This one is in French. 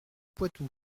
poitou